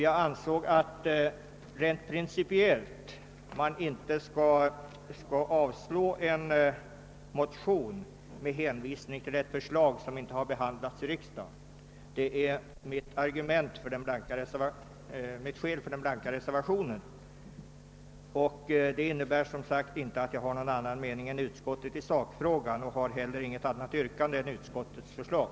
Jag ansåg rent principiellt att man inte skall avstyrka en motion med hänvisning till ett förslag som är under behandling i riksdagen, och detta är skälet för min blanka reservation. Den innebär som sagt inte att jag har någon annan mening än utskottet i sakfrågan, och jag har heller inget annat yrkande än om bifall till utskottets förslag.